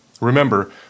Remember